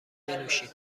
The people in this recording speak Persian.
بنوشیم